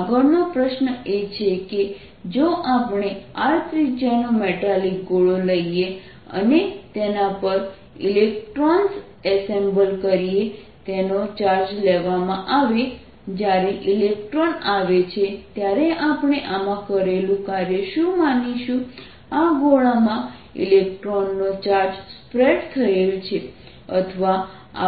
આગળનો પ્રશ્ન એ છે કે જો આપણે R ત્રિજ્યાનો મેટાલિક ગોળો લઈએ અને તેના પર ઇલેક્ટ્રોન્સ એસેમ્બલ કરીને તેનો ચાર્જ લેવામાં આવે જ્યારે ઇલેક્ટ્રોન આવે છે ત્યારે આપણે આમાં કરેલું કાર્ય શું માનીશું આ ગોળામાં ઇલેક્ટ્રોનનો ચાર્જ સ્પ્રેડ થયેલ છે અથવા